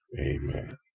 Amen